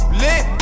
lit